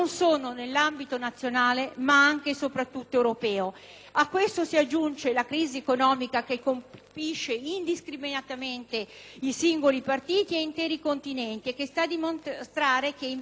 che colpisce indiscriminatamente i singoli partiti e interi continenti, e che sta a dimostrare che, in piena globalizzazione, occorre fronteggiare uniti gli effetti devastanti della crisi finanziaria.